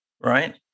right